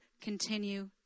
continue